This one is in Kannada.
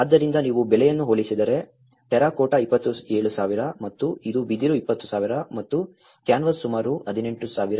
ಆದ್ದರಿಂದ ನೀವು ಬೆಲೆಯನ್ನು ಹೋಲಿಸಿದರೆ ಟೆರಾಕೋಟಾ 27000 ಮತ್ತು ಇದು ಬಿದಿರು 20000 ಮತ್ತು ಕ್ಯಾನ್ವಾಸ್ ಸುಮಾರು 18000 ಆಗಿತ್ತು